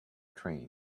train